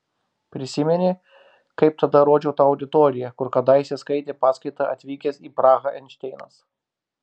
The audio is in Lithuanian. prisimeni kaip tada rodžiau tau auditoriją kur kadaise skaitė paskaitą atvykęs į prahą einšteinas